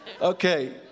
Okay